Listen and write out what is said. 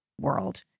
world